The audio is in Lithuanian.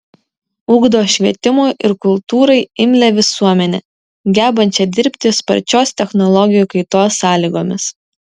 ugdo švietimui ir kultūrai imlią visuomenę gebančią dirbti sparčios technologijų kaitos sąlygomis